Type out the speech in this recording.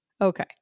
Okay